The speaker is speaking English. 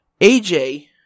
AJ